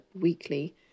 weekly